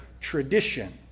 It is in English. tradition